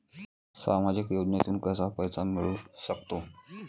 सामाजिक योजनेतून कसा पैसा मिळू सकतो?